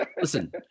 Listen